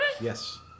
Yes